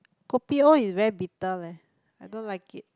kopi O is very bitter leh I don't like it